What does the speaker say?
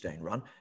run